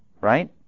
Right